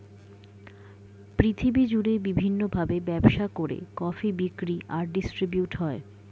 পৃথিবী জুড়ে বিভিন্ন ভাবে ব্যবসা করে কফি বিক্রি আর ডিস্ট্রিবিউট হয়